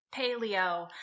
paleo